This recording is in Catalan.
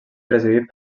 presidit